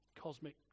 cosmic